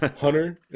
hunter